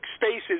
spaces